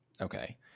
Okay